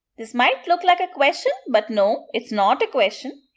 this might look like a question but no it's not a question.